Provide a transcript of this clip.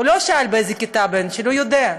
הוא לא שאל באיזו כיתה הבן שלי, הוא יודע.